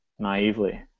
naively